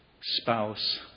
spouse